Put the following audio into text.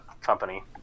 company